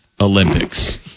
Olympics